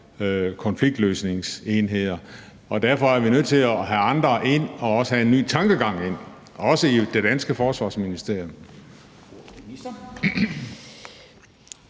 konfliktløsningsenheder. Derfor er vi nødt til at have andre ind og også have en ny tankegang ind, også i det danske Forsvarsministerium.